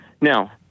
Now